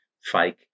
fake